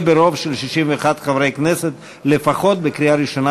ברוב של 61 חברי כנסת לפחות בקריאה ראשונה,